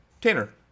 Tanner